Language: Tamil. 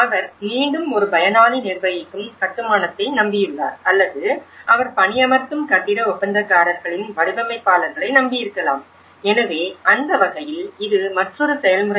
அவர் மீண்டும் ஒரு பயனாளி நிர்வகிக்கும் கட்டுமானத்தை நம்பியுள்ளார் அல்லது அவர் பணியமர்த்தும் கட்டிட ஒப்பந்தக்காரர்களின் வடிவமைப்பாளர்களை நம்பியிருக்கலாம் எனவே அந்த வகையில் இது மற்றொரு செயல்முறை